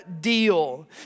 deal